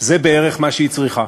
זה בערך מה שהיא צריכה,